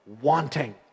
wanting